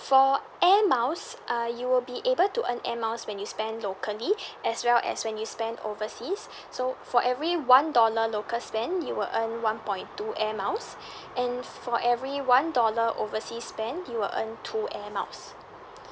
for air miles uh you will be able to earn air miles when you spend locally as well as when you spend overseas so for every one dollar local spend you will earn one point two air miles and for every one dollar overseas spend you will earn two air miles